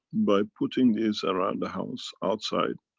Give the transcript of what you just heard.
by putting this around the house, outside,